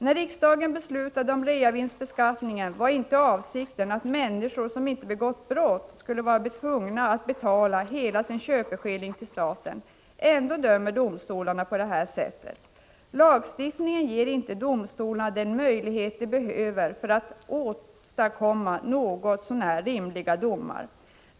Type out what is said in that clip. När riksdagen beslutade om reavinstbeskattningen var inte avsikten att människor som ej begått brott skulle vara tvungna att betala hela sin köpeskilling till staten. Ändå dömer domstolarna på detta sätt. Lagstiftningen ger inte domstolarna den möjlighet de behöver för att åstadkomma något så när rimliga domar.